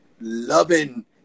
loving